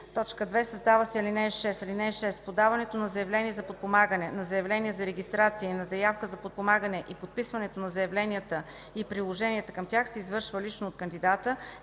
2. Създава се ал. 6: „(6) Подаването на заявление за подпомагане, на заявление за регистрация и на заявка за подпомагане и подписването на заявленията и приложенията към тях се извършват лично от кандидата